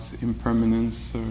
impermanence